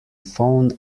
phone